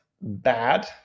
bad